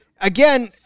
again